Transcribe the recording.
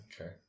Okay